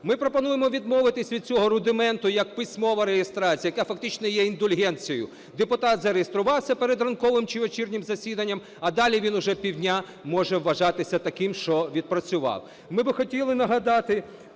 Ми пропонуємо відмовитися від цього рудименту, як письмова реєстрація, яка фактично є індульгенцією. Депутат зареєструвався перед ранковим чи вечірнім засіданням, а далі він вже півдня може вважатися таким, що відпрацював.